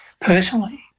personally